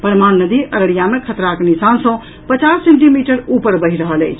परमान नदी अररिया मे खतराक निशान सँ पचास सेंटीमीटर ऊपर बहि रहल अछि